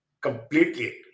completely